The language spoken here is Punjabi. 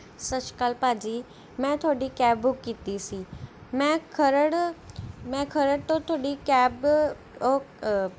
ਸਤਿ ਸ਼੍ਰੀ ਅਕਾਲ ਭਾਅ ਜੀ ਮੈਂ ਤੁਹਾਡੀ ਕੈਬ ਬੁੱਕ ਕੀਤੀ ਸੀ ਮੈਂ ਖਰੜ ਮੈਂ ਖਰੜ ਤੋਂ ਤੁਹਾਡੀ ਕੈਬ